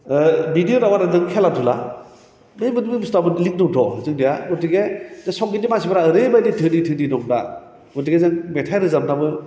बेनि उनाव आरो दों खेला दुला बे मिनिस्टारफोरजों लिं दंथ' जोंनिया हथिके दा संगित मानसिफ्रा ओरैबायदि धोनि धोनि दं दा गथिके जों मेथाइ रोजाबनाबो